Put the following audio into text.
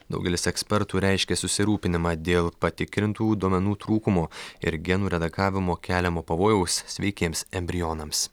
daugelis ekspertų reiškė susirūpinimą dėl patikrintų duomenų trūkumo ir genų redagavimo keliamo pavojaus sveikiems embrionams